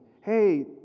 hey